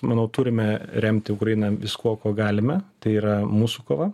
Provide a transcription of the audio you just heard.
manau turime remti ukrainą viskuo kuo galime tai yra mūsų kova